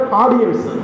audience